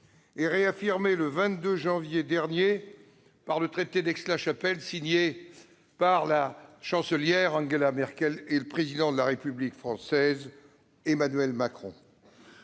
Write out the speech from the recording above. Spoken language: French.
et réaffirmée, le 22 janvier dernier, par le traité d'Aix-la-Chapelle, signé par la Chancelière Angela Merkel et le Président de la République française Emmanuel Macron.